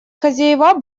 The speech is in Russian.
хозяева